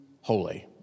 Holy